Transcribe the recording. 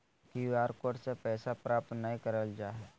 Q R code से पैसा प्राप्त नयय करल जा हइ